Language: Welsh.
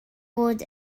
bod